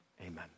amen